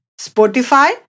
Spotify